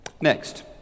Next